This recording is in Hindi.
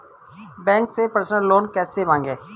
बैंक से पर्सनल लोन कैसे मांगें?